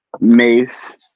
Mace